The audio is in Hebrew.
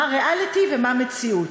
מה ריאליטי ומה מציאות.